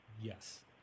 Yes